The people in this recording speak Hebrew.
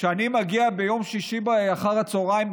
כשאני מגיע ביום שישי אחר הצוהריים,